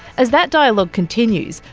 as that dialogue continues,